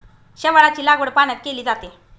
शेवाळाची लागवड पाण्यात केली जाते